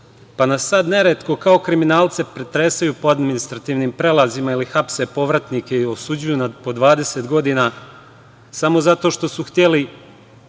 pa nas sada neretko kao kriminalce pretresaju po administrativnim prelazima ili hapse povratnike i osuđuju na po 20 godina samo zato što su hteli